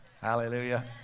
Hallelujah